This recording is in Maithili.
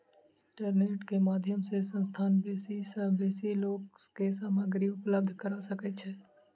इंटरनेट के माध्यम सॅ संस्थान बेसी सॅ बेसी लोक के सामग्री उपलब्ध करा सकै छै